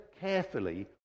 carefully